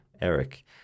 Eric